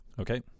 Okay